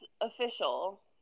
official